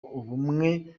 ubumwe